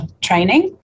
training